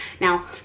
Now